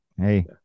Hey